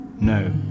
no